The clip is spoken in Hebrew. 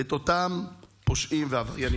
את אותם פושעים ועבריינים.